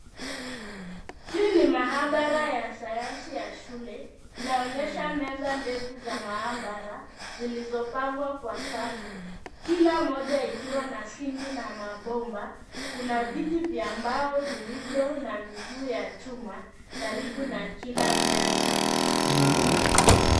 Hii ni maabara ya sayansi ya shule. Inaonyesha meza ndefu za maabara zilizopangwa kwa safu. Kila moja ikiwa na sinki na mabomba. Kuna viti vya mbao vilivyo na miguu ya chuma karibu na kila meza.